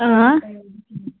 آ